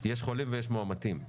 יש "חולים" ויש "מאומתים",